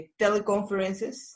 teleconferences